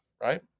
right